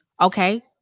Okay